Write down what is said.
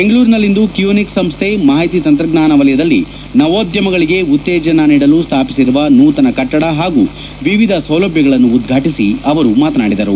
ಬೆಂಗಳೂರಿನಲ್ಲಿಂದು ಕಿಯೋನಿಕ್ಸ್ ಸಂಸ್ಗೆ ಮಾಹಿತಿ ತಂತ್ರಜ್ಞಾನ ವಲಯದಲ್ಲಿ ನವೋದ್ಯಮಗಳಿಗೆ ಉತ್ತೇಜನ ನೀಡಲು ಸ್ಥಾಪಿಸಿರುವ ನೂತನ ಕಟ್ಟದ ಹಾಗೂ ವಿವಿಧ ಸೌಲಭ್ಯಗಳನ್ನು ಉದ್ಘಾಟಿಸಿ ಅವರು ಮಾತನಾಡಿದರು